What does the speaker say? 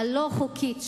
הלא-חוקית,